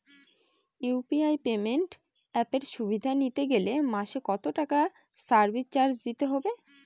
UPI payment অ্যাপের সুবিধা নিতে গেলে মাসে কত টাকা সার্ভিস চার্জ দিতে হবে?